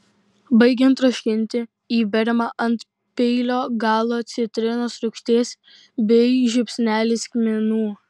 baigiant troškinti įberiama ant peilio galo citrinos rūgšties bei žiupsnelis kmynų